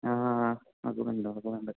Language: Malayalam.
ആ ഓർക്കുന്നുണ്ട് ഓർക്കുന്നുണ്ട്